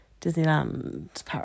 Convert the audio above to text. Disneyland